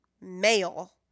male